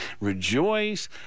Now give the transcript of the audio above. rejoice